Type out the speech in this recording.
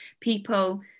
people